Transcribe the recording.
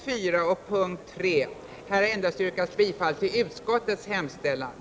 Alla har anhöriga bland de fängslade.